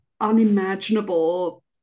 unimaginable